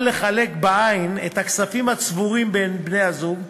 לחלק בעין את הכספים הצבורים בין בני-הזוג,